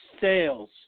sales